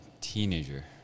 teenager